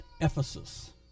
Ephesus